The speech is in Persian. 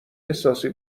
احساسی